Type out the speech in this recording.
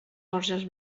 borges